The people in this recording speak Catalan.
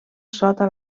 sota